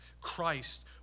Christ